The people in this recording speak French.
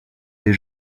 les